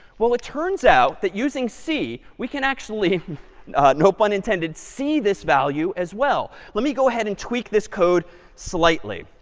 well it turns out that using c we can actually no pun intended see this value as well. let me go ahead and tweak this code slightly.